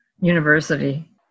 University